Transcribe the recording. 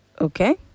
Okay